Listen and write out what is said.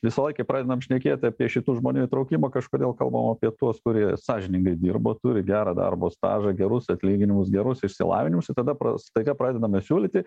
visąlaik kai pradedam šnekėt apie šitų žmonių įtraukimą kažkodėl kalbam apie tuos kurie sąžiningai dirbo turi gerą darbo stažą gerus atlyginimus gerus išsilavinimus ir tada staiga pradedame siūlyti